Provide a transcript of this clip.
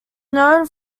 known